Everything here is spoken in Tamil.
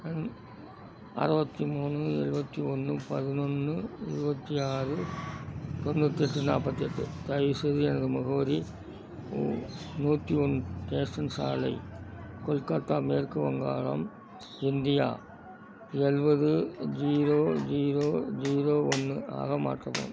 எண் அறுவத்தி மூணு எழுவத்தி ஒன்று பதினொன்னு இருபத்தி ஆறு தொண்ணூற்று எட்டு நாற்பத்தி எட்டு தயவுசெய்து எனது முகவரி நு நூற்றி ஒன்று ஸ்டேஷன் சாலை கொல்கத்தா மேற்கு வங்காளம் இந்தியா எழுவது ஜீரோ ஜீரோ ஜீரோ ஒன்று ஆக மாற்றவும்